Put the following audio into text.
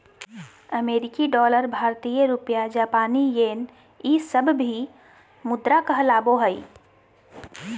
अमेरिकी डॉलर भारतीय रुपया जापानी येन ई सब भी मुद्रा कहलाबो हइ